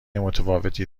متفاوتی